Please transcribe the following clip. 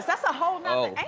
that's a whole